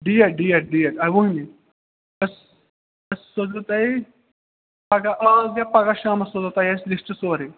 date date date اَکہٕ وُہمہِ أسۍ أسۍ سوزو تۄہہِ پگاہ آز یا پگاہ شامَس سوزو تۄہہِ أسۍ لِسٹہٕ سورُے